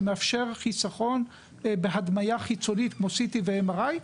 שמאפשר חיסכון בהדמיה חיצונית כמו CT ו-MRI,